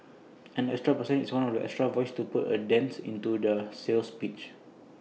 an extra person is one extra voice to put A dent into their sales pitch